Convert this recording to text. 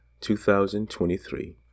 2023